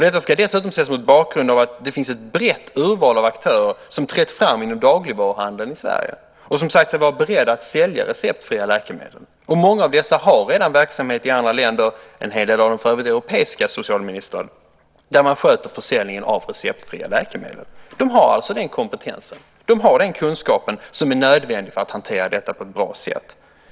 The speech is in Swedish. Detta ska dessutom ses mot bakgrund av att det finns ett brett urval av aktörer som trätt fram inom dagligvaruhandeln i Sverige och sagt sig vara beredda att sälja receptfria läkemedel. Många av dessa har redan verksamhet i andra länder, en hel del av dem för övrigt i Europa, socialministern, där man sköter försäljningen av receptfria läkemedel. De har alltså den kompetensen. De har den kunskap som är nödvändig för att hantera detta på ett bra sätt.